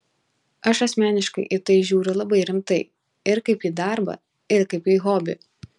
aš asmeniškai į tai žiūriu labai rimtai ir kaip į darbą ir kaip į hobį